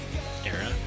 era